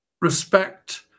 respect